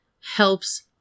helps